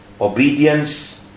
Obedience